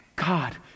God